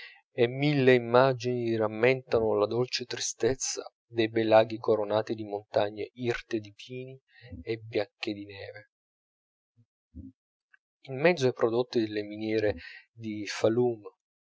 mille immagini rammentano la dolce tristezza dei bei laghi coronati di montagne irte di pini e bianche di neve in mezzo ai prodotti delle miniere di falum